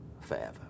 forever